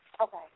Okay